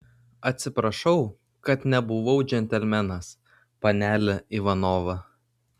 atsiprašau kad nebuvau džentelmenas panele ivanova